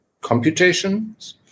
computations